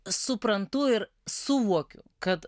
suprantu ir suvokiu kad